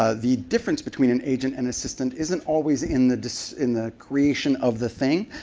ah the difference between an agent and assistant isn't always in the in the creation of the thing,